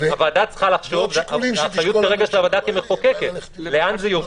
הוועדה צריכה לחשוב שהאחריות של הוועדה כרגע כמחוקקת לאן זה יוביל.